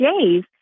days